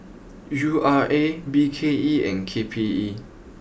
U R A B K E and K P E